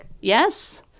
yes